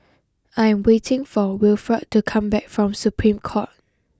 I am waiting for Wilford to come back from Supreme Court